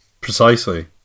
Precisely